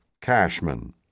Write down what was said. Cashman